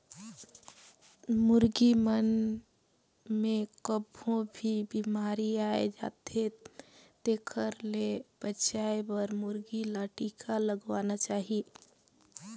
मुरगी मन मे कभों भी बेमारी आय जाथे तेखर ले बचाये बर मुरगी ल टिका लगवाना चाही